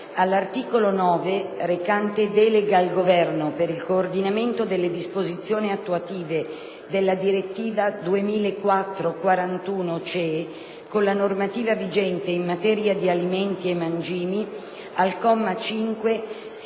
all'articolo 9, recante delega al Governo per il coordinamento delle disposizioni attuative della direttiva 2004/41/CE con la normativa vigente in materia di alimenti e mangimi, al comma 5, si